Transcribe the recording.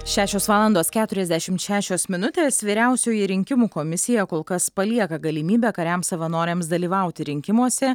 šešios valandos keturiasdešimt šešios minutės vyriausioji rinkimų komisija kol kas palieka galimybę kariams savanoriams dalyvauti rinkimuose